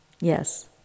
Yes